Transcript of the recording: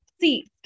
See